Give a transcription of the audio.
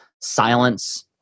silence